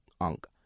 Unk